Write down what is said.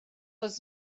oes